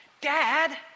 Dad